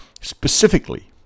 specifically